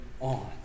on